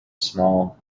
small